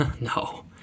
No